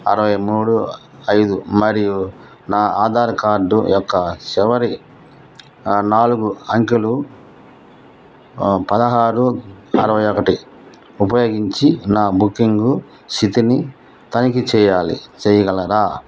అరవై మూడు ఐదు మరియు నా ఆధార్ కార్డు యొక్క చివరి నాలుగు అంకెలు పదహారు అరవై ఒకటి ఉపయోగించి నా బుకింగు స్థితిని తనిఖీ చేయాలి చేయగలరా